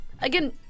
again